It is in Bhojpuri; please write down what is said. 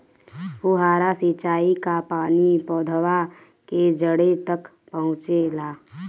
फुहारा सिंचाई का पानी पौधवा के जड़े तक पहुचे ला?